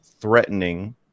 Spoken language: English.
threatening